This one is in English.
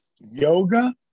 Yoga